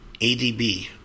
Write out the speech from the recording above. adb